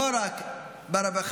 לא רק ברווחה.